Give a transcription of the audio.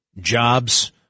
jobs